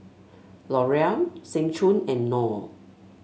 L'Oreal Seng Choon and Knorr